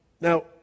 Now